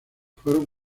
fueron